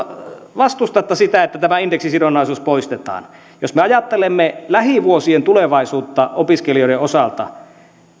vastustatte sitä että tämä indeksisidonnaisuus poistetaan jos me ajattelemme lähivuosien tulevaisuutta opiskelijoiden osalta